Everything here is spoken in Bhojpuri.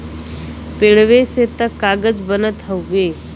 पेड़वे से त कागज बनत हउवे